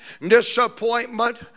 disappointment